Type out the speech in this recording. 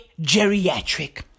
geriatric